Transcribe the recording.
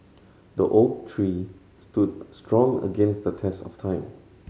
the oak tree stood strong against the test of time